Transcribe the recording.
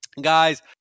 guys